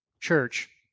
church